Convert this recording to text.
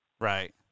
right